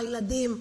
לילדים,